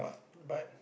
but